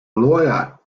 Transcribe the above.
lawyer